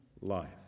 life